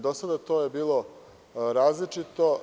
Do sada je to bilo različito.